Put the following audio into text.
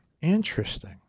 Interesting